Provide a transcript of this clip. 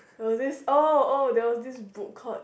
will this oh oh there was this book called